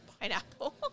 pineapple